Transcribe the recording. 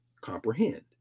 comprehend